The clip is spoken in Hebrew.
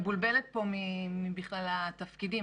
מבולבלת פה בכלל מהתפקידים.